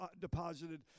deposited